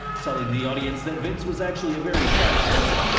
telling the audience that vince was actually a very shy person,